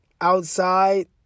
outside